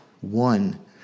One